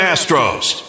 Astros